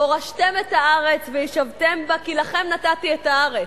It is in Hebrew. והורשתם את הארץ וישבתם בה כי לכם נתתי את הארץ.